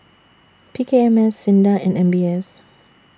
P K M S SINDA and M B S